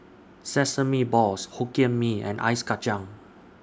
Sesame Balls Hokkien Mee and Ice Kachang